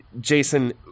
Jason